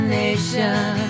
nation